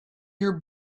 your